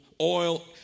oil